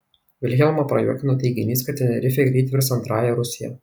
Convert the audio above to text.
vilhelmą prajuokino teiginys kad tenerifė greit virs antrąja rusija